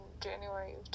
January